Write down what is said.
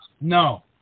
No